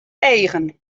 eagen